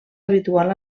habitual